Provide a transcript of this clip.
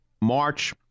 March